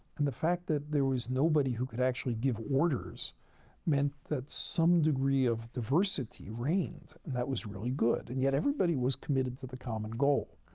and the fact that there was nobody who could actually give orders meant that some degree of diversity reigned. and that was really good. and yet everybody was committed to the common goal.